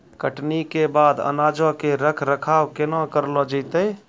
कटनी के बाद अनाजो के रख रखाव केना करलो जैतै?